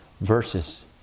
verses